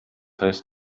heißt